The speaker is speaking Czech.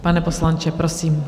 Pane poslanče, prosím.